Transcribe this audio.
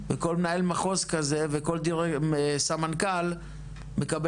וכל מנהל מחוז כזה וכל סמנכ"ל מקבל